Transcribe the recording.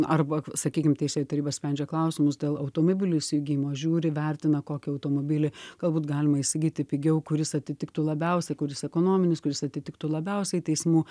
arba sakykim teisėjų taryba sprendžia klausimus dėl automobilių įsigijimo žiūri vertina kokį automobilį galbūt galima įsigyti pigiau kuris atitiktų labiausiai kuris ekonominis kuris atitiktų labiausiai teismų